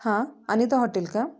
हा अनिता हॉटेल का